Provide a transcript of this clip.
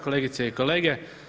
Kolegice i kolege.